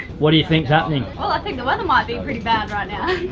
what do you think's happening? well, i think the weather might be pretty bad right now.